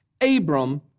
Abram